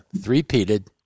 three-peated